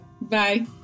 Bye